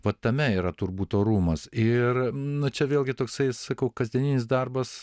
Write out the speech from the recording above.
va tame yra turbūt orumas ir nu čia vėlgi toksai sakau kasdieninis darbas